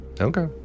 Okay